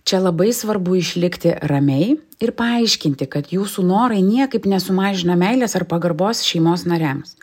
čia labai svarbu išlikti ramiai ir paaiškinti kad jūsų norai niekaip nesumažina meilės ar pagarbos šeimos nariams